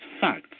facts